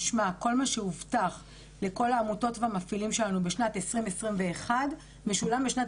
משמע כל מה שהובטח לכל העמותות והמפעילים שלנו בשנת 2021 משולם בשנת